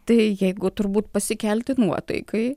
tai jeigu turbūt pasikelti nuotaikai